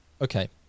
Okay